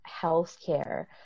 healthcare